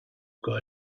got